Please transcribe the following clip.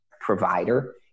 provider